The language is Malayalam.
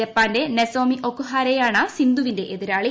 ജപ്പാന്റെ നൊസോമി ഒക്കുഹാരയാണ് സിന്ധുവിന്റെ എതിരാളി